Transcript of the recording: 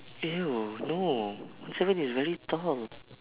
eh no no one seven is very tall